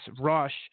rush